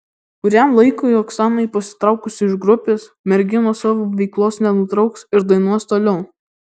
kuriam laikui oksanai pasitraukus iš grupės merginos savo veiklos nenutrauks ir dainuos toliau